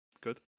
good